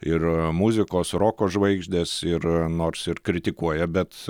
ir muzikos roko žvaigždės ir nors ir kritikuoja bet